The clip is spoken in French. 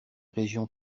régions